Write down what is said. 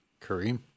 Kareem